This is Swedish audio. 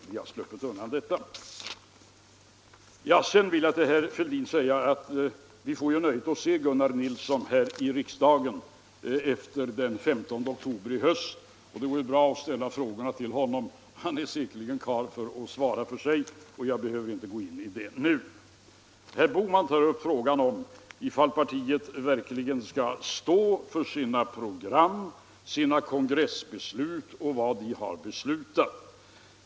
Vi har sluppit undan detta. Sedan vill jag säga till herr Fälldin att vi får ju nöjet att se Gunnar Nilsson i riksdagen i höst, och det går då bra att ställa frågorna till honom. Han är säkerligen karl att själv svara för sig, och jag behöver inte svara för honom nu. Herr Bohman tog upp frågan ifall partiet verkligen står för sitt program och sina kongressbeslut.